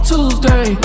Tuesday